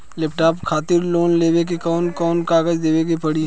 Laptop खातिर loan लेवे ला कौन कौन कागज देवे के पड़ी?